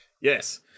Yes